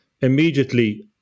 immediately